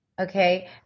okay